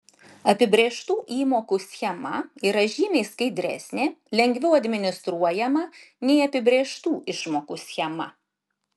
apibrėžtų įmokų schema yra žymiai skaidresnė lengviau administruojama nei apibrėžtų išmokų schema